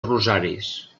rosaris